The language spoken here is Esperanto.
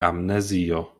amnezio